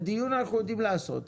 דיון אנחנו יודעים לעשות,